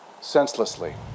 Senselessly